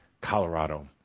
Colorado